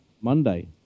Monday